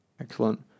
Excellent